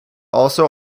also